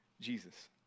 Jesus